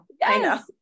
Yes